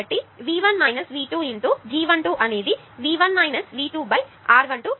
కాబట్టి V 1 V 2 × G 1 2 అనేది V 1 V 2 R 1 2 అవుతుంది